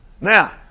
Now